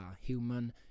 human